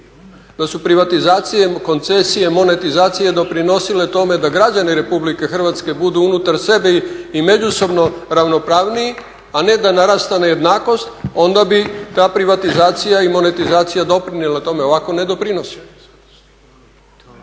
Da su privatizacije, koncesije, monetizacije doprinosile tome da građani RH budu unutar sebe i međusobno ravnopravniji a ne da narasta nejednakost onda bi ta privatizacija i monetizacija doprinijela tome a ovako ne doprinosi.